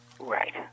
Right